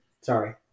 Sorry